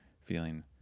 feeling